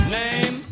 name